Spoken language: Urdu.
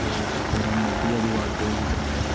روز ایسی خبریں ہمیں ملتی ہے ابھی واقعہ یہی گزرا تھا